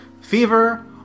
fever